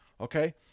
okay